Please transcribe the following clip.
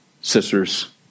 sisters